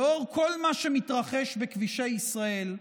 לנוכח כל מה שמתרחש בכבישי ישראל,